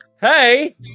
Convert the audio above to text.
hey